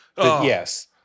Yes